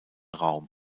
raum